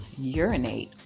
urinate